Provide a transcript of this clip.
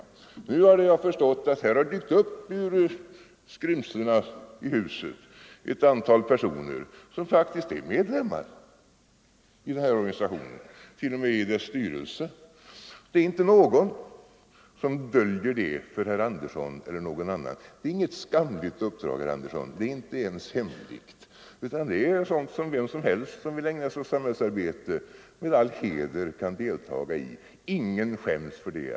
Nu har jag förstått att det ur skrymslena i huset har dykt upp ett antal personer som faktiskt är medlemmar i den här organisationen, t.o.m. i dess styrelse. Det är inte någon som döljer det för herr Sten Andersson eller någon annan. Det är inget skamligt uppdrag, det är inte ens hemligt, utan det är sådant som vem som helst som vill ägna sig åt samhällsarbete med all heder kan deltaga i. Ingen skäms för det.